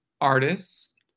artists